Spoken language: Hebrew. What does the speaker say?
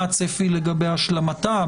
מה הצפי לגבי השלמתה?